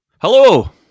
Hello